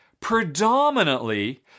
predominantly